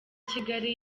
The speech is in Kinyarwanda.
kigali